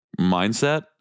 mindset